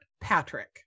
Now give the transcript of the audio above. Patrick